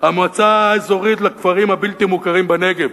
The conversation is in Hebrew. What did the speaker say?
המועצה האזורית לכפרים הבלתי-מוכרים בנגב,